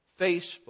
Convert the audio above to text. Facebook